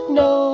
no